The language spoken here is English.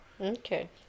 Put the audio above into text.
Okay